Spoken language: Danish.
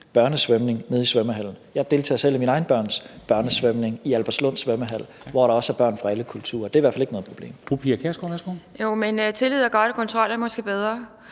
børnesvømning i svømmehallen. Jeg deltager selv i mine egne børns børnesvømning i Albertslund svømmehal, hvor der også er børn fra alle kulturer. Det er i hvert fald ikke noget problem. Kl. 13:37 Formanden (Henrik Dam Kristensen):